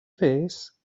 face